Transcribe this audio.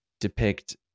depict